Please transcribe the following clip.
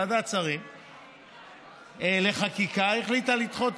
ועדת שרים לחקיקה החליטה לדחות,